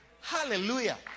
hallelujah